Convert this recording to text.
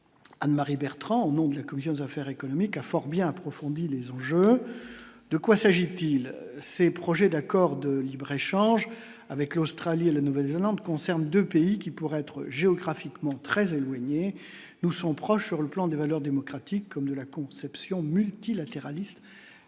Anne-Marie Bertrand, au nom de la commission des affaires économiques, a fort bien approfondi les enjeux, de quoi s'agit-il ces projets d'accords de libre-échange avec l'Australie et la Nouvelle-Zélande concerne 2 pays qui pourrait être géographiquement très éloignés, nous sont proches sur le plan des valeurs démocratiques comme de la conception multilatéralistes